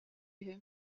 үһү